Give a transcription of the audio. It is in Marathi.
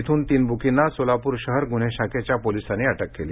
तेथून तीन बुकींना सोलाप्र शहर ग्रन्हे शाखेच्या पोलिसांनी अटक केली